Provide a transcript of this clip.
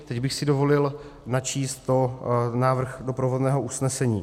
Teď bych si dovolil načíst návrh doprovodného usnesení: